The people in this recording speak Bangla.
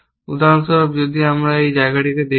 উদাহরণস্বরূপ যদি আমরা এখানে এই জায়গাটি দেখি